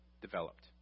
developed